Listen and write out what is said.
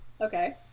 Okay